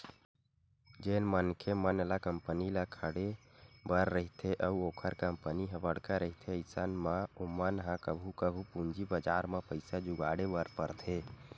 जेन मनखे मन ल कंपनी ल खड़े बर रहिथे अउ ओखर कंपनी ह बड़का रहिथे अइसन म ओमन ह कभू कभू पूंजी बजार म पइसा जुगाड़े बर परथे